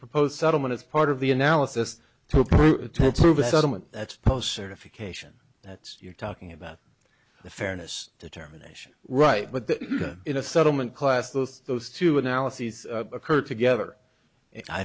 proposed settlement as part of the analysis that's post certification that's you're talking about the fairness determination right but in a settlement class those those two analyses occur together i